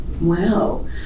Wow